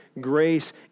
grace